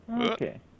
Okay